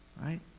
Right